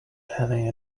having